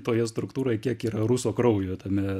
toje struktūroje kiek yra ruso kraujo tame